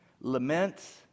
Lament